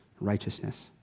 righteousness